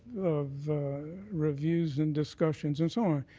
of reviews and discussions and so on.